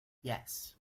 yes